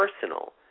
personal